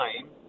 time